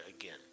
again